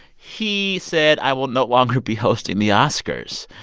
he said, i will no longer be hosting the oscars.